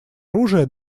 оружия